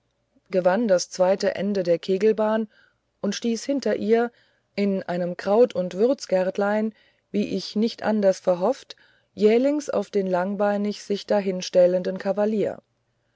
gewann das zweite ende der kegelbahn und stieß hinter ihr in einem kraut und würzgärtlein wie ich nicht anders verhofft jählings auf den langbeinig sich dahinstellenden kavalier